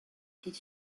did